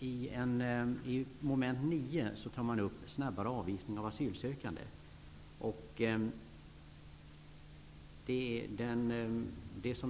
I mom. 9 tas snabbare avvisning av asylsökande upp. Ny demokrati